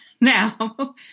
now